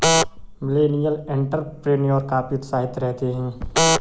millennial entrepreneur काफी उत्साहित रहते हैं